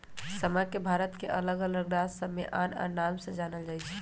समा के भारत के अल्लग अल्लग राज सभमें आन आन नाम से जानल जाइ छइ